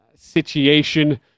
situation